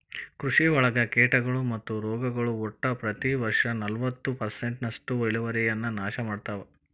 ಕೃಷಿಯೊಳಗ ಕೇಟಗಳು ಮತ್ತು ರೋಗಗಳು ಒಟ್ಟ ಪ್ರತಿ ವರ್ಷನಲವತ್ತು ಪರ್ಸೆಂಟ್ನಷ್ಟು ಇಳುವರಿಯನ್ನ ನಾಶ ಮಾಡ್ತಾವ